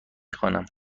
خوانم